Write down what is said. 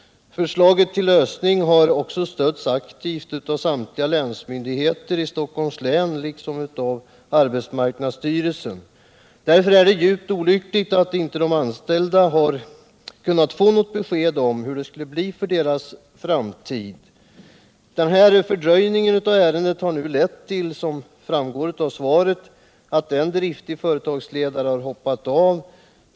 Förslaget till lösning har också stötts aktivt av samtliga länsmyndigheter i Stockholms län liksom av arbetsmarknadsstyrelsen. Därför är det djupt olyckligt att de anställda inte har kunnat få något besked om hur det skall bli med deras framtid. Denna fördröjning av ärendet har, som framgår av svaret, lett till att en driftig företagsledare har ”hoppat av”.